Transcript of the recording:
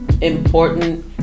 Important